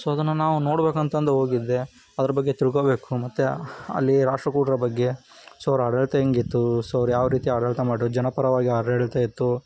so ಅದನ್ನು ನಾವು ನೋಡ್ಬೇಕಂತಂದು ಹೋಗಿದ್ದೆ ಅದ್ರ ಬಗ್ಗೆ ತಿಳ್ಕೊಳ್ಬೇಕು ಮತ್ತು ಅಲ್ಲಿ ರಾಷ್ಟ್ರಕೂಟರ ಬಗ್ಗೆ ಸೊ ಅವ್ರ ಆಡಳಿತ ಹೆಂಗಿತ್ತು ಸೊ ಅವ್ರು ಯಾವ ರೀತಿ ಆಡಳಿತ ಮಾಡಿದರು ಜನ ಪರವಾಗಿ ಆಡಳಿತ ಇತ್ತು